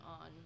on